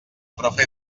profe